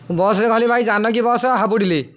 ମୁଁ ବସରେ କହିଲି ଭାଇ ଜାନକୀ ବସ୍ ହାବୁଡ଼ିଲି